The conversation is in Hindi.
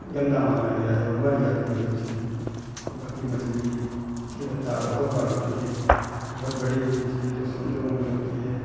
गंदा माना गया है वो मर जाती है मछली और बाकी मछली की रफ्तार बहुत बाढ़ती है बहुत बड़ी बड़ी मछली हैं तो समुन्द्रों में होती है